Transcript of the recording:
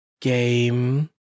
game